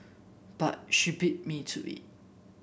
but she beat me to it